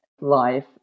life